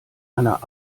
einer